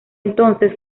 entonces